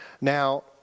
Now